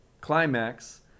climax